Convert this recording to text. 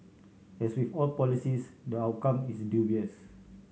as with all policies the outcome is dubious